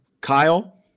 Kyle